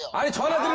i